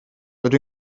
rydw